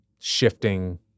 shifting